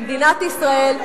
מדינת ישראל,